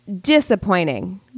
disappointing